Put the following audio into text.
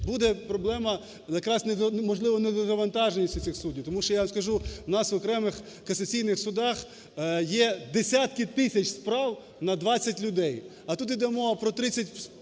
Буде проблема якраз, можливо, в недовантаженості цих судів. Тому що я вам скажу, у нас в окремих касаційних судах є десятки тисяч справ на 20 людей. А тут іде мова про 35